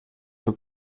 für